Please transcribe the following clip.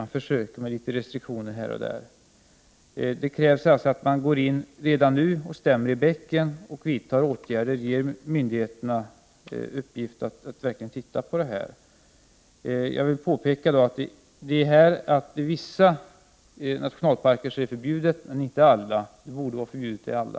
Man försöker med några restriktioner här och där. Det krävs således att man går in redan nu och stämmer i bäcken och vidtar åtgärder och ger myndigheter i uppgift att verkligen titta på detta. Helikopterskidåkning är förbjudet i vissa nationalparker, men inte i alla. Det borde vara förbjudet i alla.